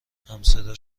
همصدا